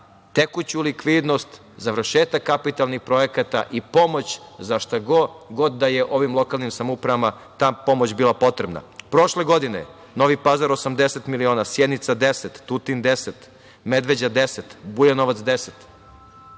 tekuću likvidnost, završetak kapitalnih projekata i pomoć za šta god da je ovim lokalnim samoupravama ta pomoć bila potrebna. Prošle godine, Novi Pazar 80 miliona, Sjenica 10, Tutin 10, Medveđa 10, Bujanovac 10.